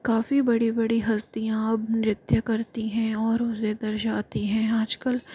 काफ़ी बड़ी बड़ी हस्तियाँ अब नृत्य करती हैं और उसे दर्शाती हैं आज कल